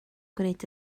gwneud